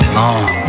long